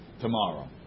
tomorrow